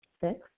Six